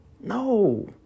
No